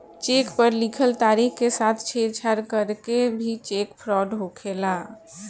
check पर लिखल तारीख के साथ छेड़छाड़ करके भी चेक फ्रॉड होखेला